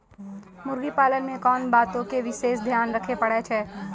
मुर्गी पालन मे कोंन बातो के विशेष ध्यान रखे पड़ै छै?